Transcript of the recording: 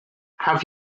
have